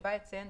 שבה יציין,